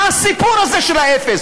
מה הסיפור הזה של האפס?